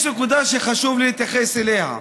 יש נקודה שחשוב להתייחס אליה.